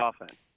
offense